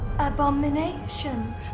Abomination